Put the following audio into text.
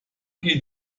geht